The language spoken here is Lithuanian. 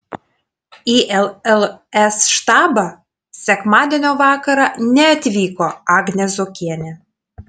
į lls štabą sekmadienio vakarą neatvyko agnė zuokienė